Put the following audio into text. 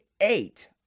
eight